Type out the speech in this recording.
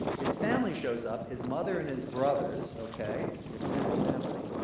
his family shows up, his mother and his brothers, okay? his extended family,